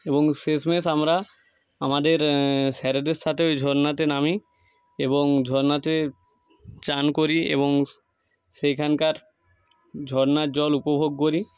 এবং শেষ মেষ আমরা আমাদের স্যারেদের সাথে ওই ঝর্ণাতে নামি এবং ঝর্ণাতে চান করি এবং সেইখানকার ঝর্ণার জল উপভোগ করি